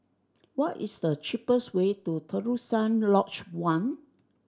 what is the cheapest way to Terusan Lodge One